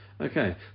Okay